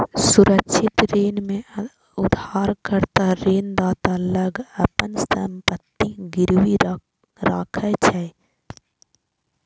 सुरक्षित ऋण मे उधारकर्ता ऋणदाता लग अपन संपत्ति गिरवी राखै छै